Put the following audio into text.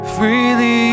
Freely